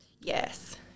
yes